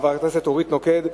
חברת הכנסת אורית נוקד,